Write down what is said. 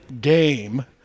game